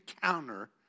counter